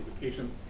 education